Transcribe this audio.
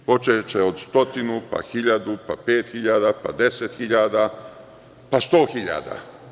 Počeće od stotinu, pa hiljadu, pa pet hiljada, pa deset hiljada, pa 100 hiljada.